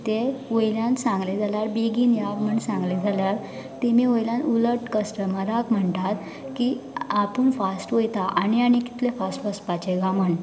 ते वयल्यान सांगलें जाल्यार बेगीन या म्हण सांगलें जाल्यार तेमी वयल्यान उलट कस्टमराक म्हणटात की आपूण फास्ट वयता आनी आनी कितलें फास्ट वचपाचें काय म्हण